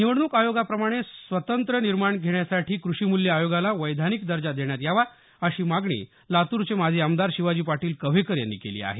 निवडणूक आयोगाप्रमाणे स्वतंत्र्य निर्णय घेण्यासाठी कृषीमूल्य आयोगाला वैधानिक दर्जा देण्यात यावा अशी मागणी लातूरचे माजी आमदार शिवाजी पाटील कव्हेकर यांनी केली आहे